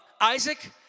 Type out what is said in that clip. Isaac